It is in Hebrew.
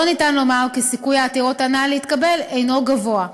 לא ניתן לומר כי סיכוי העתירות הנ"ל להתקבל אינו גבוה.